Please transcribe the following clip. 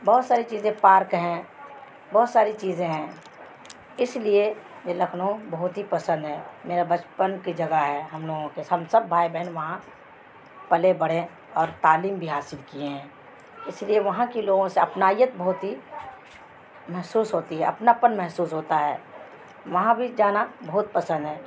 بہت ساری چیزیں پارک ہیں بہت ساری چیزیں ہیں اس لیے یہ لکھنؤ بہت ہی پسند ہے میرا بچپن کی جگہ ہے ہم لوگوں کے ہم سب بھائی بہن وہاں پلے بڑھیں اور تعلیم بھی حاصل کیے ہیں اس لیے وہاں کی لوگوں سے اپنائیت بہت ہی محسوس ہوتی ہے اپنا پن محسوس ہوتا ہے وہاں بھی جانا بہت پسند ہے